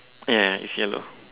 ya ya it's yellow